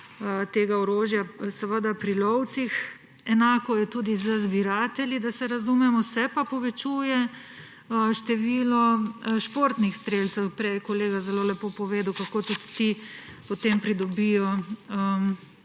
tega orožja pri lovcih. Enako je tudi z zbiratelji, da se razumemo, se pa povečuje število športnih strelcev. Prej je kolega zelo lepo povedal, kako tudi ti potem pridobijo